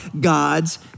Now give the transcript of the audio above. God's